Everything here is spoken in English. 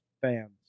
fans